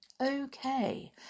okay